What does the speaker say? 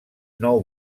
nou